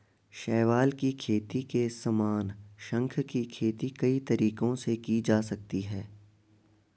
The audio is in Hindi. शैवाल की खेती के समान, शंख की खेती कई तरीकों से की जा सकती है